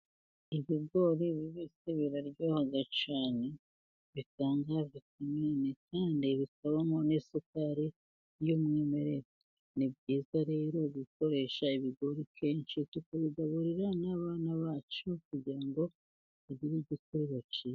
Ibigori bibitswe biraryohaha cyane. Bitanga vimini kandi bikabamo n'isukari y'umwimerere, ni byiza rero gukoresha ibigori kenshi tukabigaburira n'abana bacu kugira ngo tugire ubuzima bwiza.